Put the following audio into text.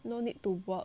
no need to work